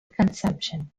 consumption